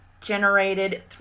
generated